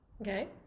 Okay